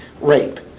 rape